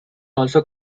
also